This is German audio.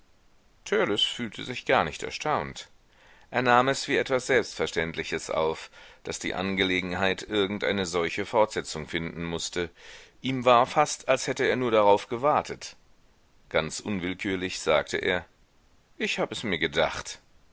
fühlte sich gar nicht erstaunt er nahm es wie etwas selbstverständliches auf daß die angelegenheit irgendeine solche fortsetzung finden mußte ihm war fast als hätte er nur darauf gewartet ganz unwillkürlich sagte er ich habe es mir gedacht